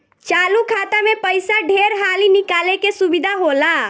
चालु खाता मे पइसा ढेर हाली निकाले के सुविधा होला